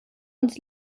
uns